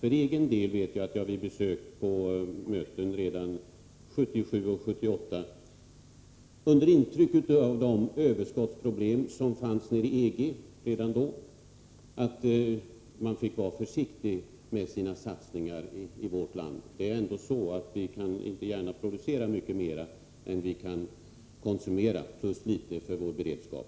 För egen del vet jag att jag vid möten redan 1977 och 1978 tog intryck av de överskottsproblem som då fanns inom EG. Man fick därför lov att vara försiktig med satsningarna i vårt land. Vi kan inte gärna producera mycket mer än vi kan konsumera plus litet för vår beredskap.